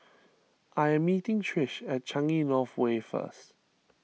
I am meeting Trish at Changi North Way first